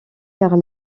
car